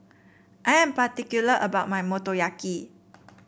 I am particular about my Motoyaki